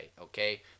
okay